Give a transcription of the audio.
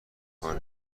کار